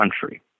country